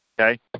okay